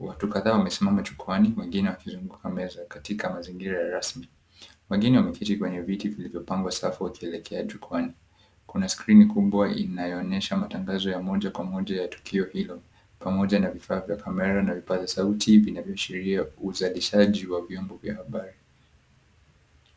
Watu kadhaa wamesimama jukwaani wengine wakizinguka meza katika mazingira ya rasmi. Wengine wameketi kwenye viti vilivyopangwa safi wakielekea jukwaani. Kuna skrini kubwa inayoonyesha matangazo ya moja kwa moja ya tukio hilo pamoja na vifaa vya kamera na vipaza sauti vinavyoashiria uzalishaji wa vyombo vya habari.